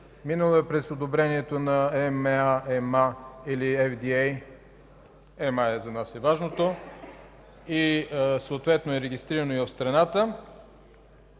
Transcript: минало е през одобрението на ЕМА, или FDA, ЕMА за нас е важното, съответно е регистрирано и в страната,